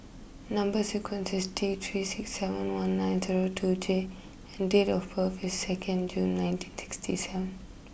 number is T three six seven one nine zero two J and date of birth is second June nineteen sixty seven